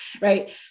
right